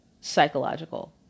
psychological